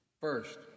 First